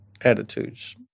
attitudes